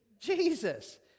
Jesus